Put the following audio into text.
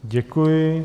Děkuji.